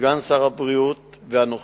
סגן שר הבריאות ואנוכי,